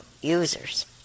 users